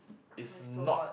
is not